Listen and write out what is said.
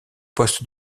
poste